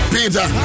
Peter